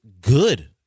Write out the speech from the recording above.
good